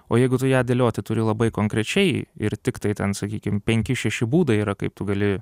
o jeigu tu ją dėlioti turi labai konkrečiai ir tiktai ten sakykim penki šeši būdai yra kaip tu gali